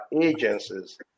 agencies